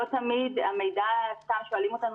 לא תמיד המידע סתם שואלים אותנו